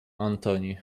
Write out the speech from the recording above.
antoni